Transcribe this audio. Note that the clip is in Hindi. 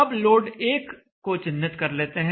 अब लोड 1 को चिह्नित कर लेते हैं